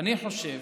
אני חושב,